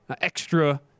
extra